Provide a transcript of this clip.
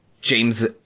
james